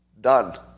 done